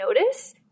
notice